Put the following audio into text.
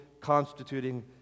constituting